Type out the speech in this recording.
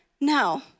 no